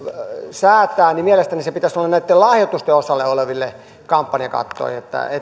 säätää niin mielestäni pitäisi olla näitten lahjoitusten osalta oleva kampanjakatto